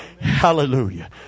hallelujah